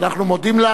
ואנחנו מודים לה,